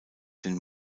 den